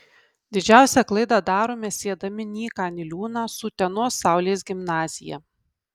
didžiausią klaidą darome siedami nyką niliūną su utenos saulės gimnazija